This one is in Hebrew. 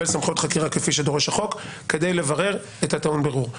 סמכויות חקירה כפי שדורש החוק כדי לברר את הטעון בירור.